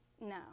No